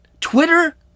Twitter